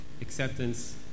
acceptance